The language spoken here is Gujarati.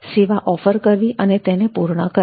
સેવા ઓફર કરવી અને તેને પૂર્ણ કરવી